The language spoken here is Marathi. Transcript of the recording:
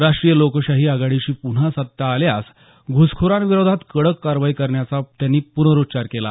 राष्ट्रीय लोकशाही आघाडीची प्न्हा सत्ता आल्यास घुसखोरांविरोधात कडक कारवाई करण्याचा त्यांनी पुनरोच्चार केला